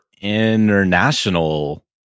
international